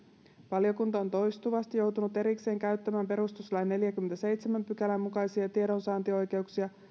valiokunta on toistuvasti joutunut erikseen käyttämään perustuslain neljännenkymmenennenseitsemännen pykälän mukaisia tiedonsaantioikeuksia